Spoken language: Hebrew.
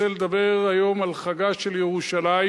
אני רוצה לדבר על חגה של ירושלים,